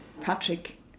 Patrick